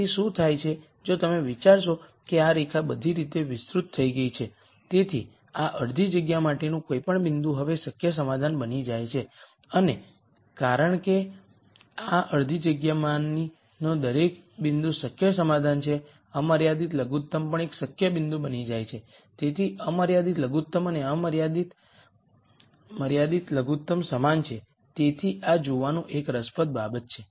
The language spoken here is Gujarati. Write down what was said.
પછી શું થાય છે જો તમે વિચારશો કે આ રેખા બધી રીતે વિસ્તૃત થઈ ગઈ છે તો આ અડધી જગ્યા માટેનું કોઈપણ બિંદુ હવે શક્ય સમાધાન બની જાય છે અને કારણ કે આ અડધી જગ્યામાંનો દરેક બિંદુ શક્ય સમાધાન છે અમર્યાદિત લઘુત્તમ પણ એક શક્ય બિંદુ બની જાય છે તેથી મર્યાદિત લઘુત્તમ અને અમર્યાદિત લઘુત્તમ સમાન છે તેથી આ જોવાનું એક રસપ્રદ બાબત છે